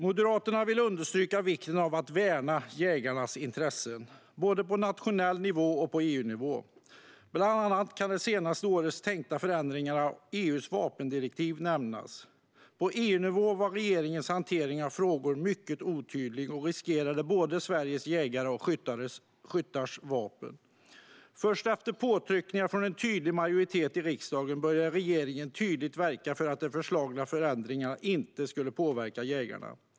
Moderaterna vill understryka vikten av att värna jägarnas intressen, både på nationell nivå och på EU-nivå. Bland annat kan det senaste årets tänkta förändringar av EU:s vapendirektiv nämnas. På EU-nivå var regeringens hantering av frågan mycket otydlig och riskerade Sveriges jägares och skyttars vapen. Först efter påtryckningar från en tydlig majoritet i riksdagen började regeringen tydligt verka för att de föreslagna förändringarna inte skulle påverka jägarna.